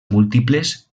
múltiples